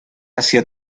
asia